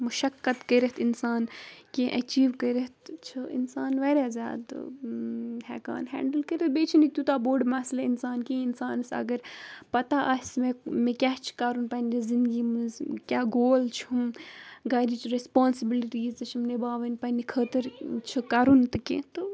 مُشقت کٔرِتھ اِنسان کینٛہہ ایٚچیٖو کٔرِتھ چھُ اِنسان واریاہ زیادٕ ہٮ۪کان ہیٚنٛڈٕل کٔرِتھ بیٚیہِ چھُنہٕ تیوٗتاہ بوٚڑ مَسلہٕ اِنسان کِہیٖنہ اِنسانَس اگر پَتہ آسہِ مےٚ مےٚ کیٛاہ چھُ کَرُن پنٛنہِ زِندگی منٛز کیٛاہ گول چھُم گَرِچ ریسپانسِبلٹیٖز تہِ چھِم نِباوٕنۍ پنٛنہِ خٲطرٕ چھِ کَرُن تہٕ کیٚنٛہہ تہٕ